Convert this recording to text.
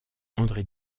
andré